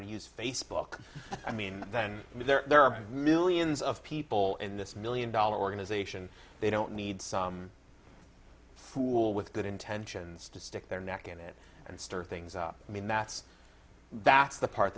to use facebook i mean then there are millions of people in this million dollar organization they don't need fool with good intentions to stick their neck in it and stir things up i mean that's that's the part